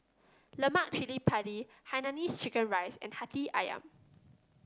Lemak Cili Padi Hainanese Chicken Rice and Hati ayam